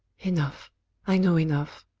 enough i know enough